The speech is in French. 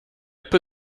peu